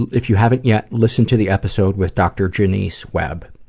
if you haven't yet, listen to the episode with dr denise webb.